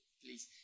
Please